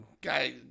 guy